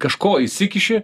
kažko įsikiši